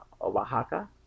oaxaca